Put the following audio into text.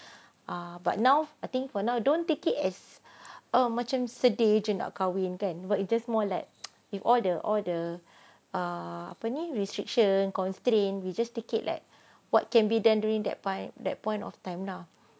ah but now I think for now don't take it as uh macam sedih nak kahwin kan you just more like if all the all the err apa ni restriction constraint you just take it like what can be done during that point that point of time lah